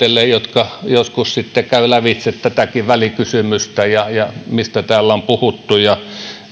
jotka joskus sitten käyvät lävitse tätäkin välikysymystä ja ja sitä mistä täällä on puhuttu ja